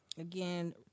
Again